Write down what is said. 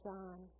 John